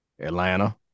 Atlanta